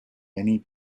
many